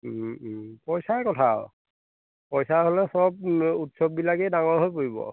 পইচাৰে কথা আৰু পইচা হ'লে সব উৎসৱবিলাকেই ডাঙৰ হৈ পৰিব